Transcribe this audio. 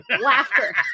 laughter